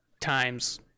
times